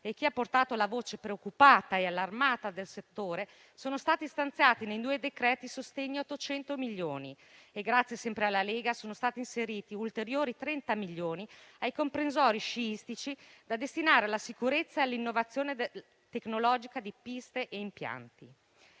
che ha portato la voce preoccupata e allarmata del settore, sono stati stanziati nei due decreti-legge sostegni 800 milioni. Sempre grazie alla Lega sono stati inseriti ulteriori 30 milioni destinati ai comprensori sciistici da destinare alla sicurezza e all'innovazione tecnologica di piste e impianti.